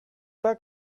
pas